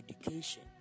Education